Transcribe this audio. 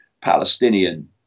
Palestinian